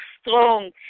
strong